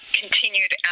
continued